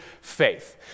faith